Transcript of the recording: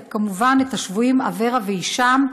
וכמובן את השבויים אברה והישאם.